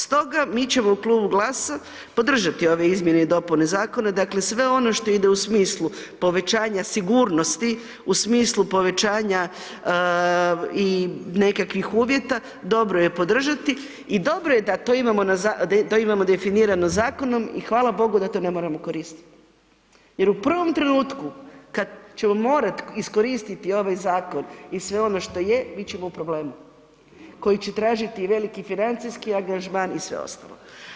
Stoga, mi ćemo u Klubu GLAS-a podržati ove izmjene i dopune zakona, dakle sve ono što ide u smislu povećanja sigurnosti, u smislu povećanja i nekakvih uvjeta, dobro je podržati i dobro je da to imamo definirano zakonom i hvala Bogu da to ne moramo koristiti jer u prvom trenutku kad ćemo morati iskoristiti ovaj zakon i sve ono što je, bit ćemo u problemu koji će tražiti i veliki financijski angažman i sve ostalo.